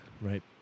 Right